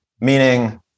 meaning